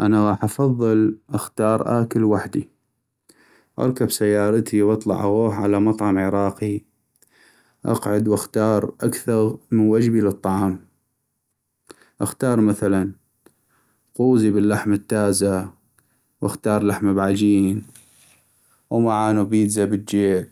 انا غاح أفضل اختار أكل وحدي ، اركب سيارتي واطلع اغوح على مطعم عراقي ، اقعد واختار اكثغ من وجبي للطعام ،، اختار مثلا قوزي باللحم التازه واختار لحم بعجين ومعانو بيتزا بالجيج ،